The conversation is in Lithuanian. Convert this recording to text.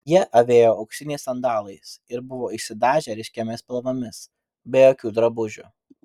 jie avėjo auksiniais sandalais ir buvo išsidažę ryškiomis spalvomis be jokių drabužių